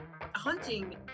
Hunting